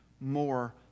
more